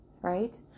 right